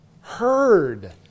heard